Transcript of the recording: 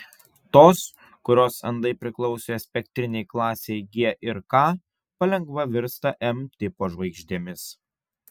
tos kurios andai priklausė spektrinei klasei g ir k palengva virsta m tipo žvaigždėmis